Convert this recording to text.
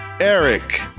Eric